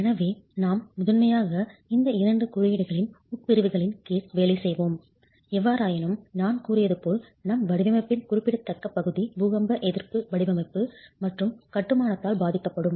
எனவே நாம் முதன்மையாக இந்த இரண்டு குறியீடுகளின் உட்பிரிவுகளின் கீழ் வேலை செய்வோம் எவ்வாறாயினும் நான் கூறியது போல் நம் வடிவமைப்பின் குறிப்பிடத்தக்க பகுதி பூகம்ப எதிர்ப்பு வடிவமைப்பு மற்றும் கட்டுமானத்தால் பாதிக்கப்படும்